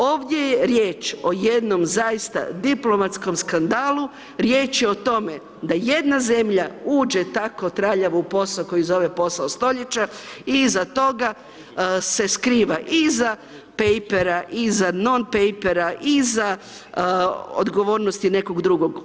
Ovdje je riječ o jednom zaista diplomatskom skandalu, riječ je o tome da jedna zemlja uđe tako traljavo u posao koji zove posao stoljeća i iza toga se skriva iza pejpera, iza nonpejpera, iza odgovornosti nekog drugog.